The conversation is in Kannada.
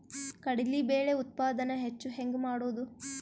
ಕಡಲಿ ಬೇಳೆ ಉತ್ಪಾದನ ಹೆಚ್ಚು ಹೆಂಗ ಮಾಡೊದು?